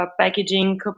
Packaging